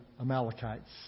Amalekites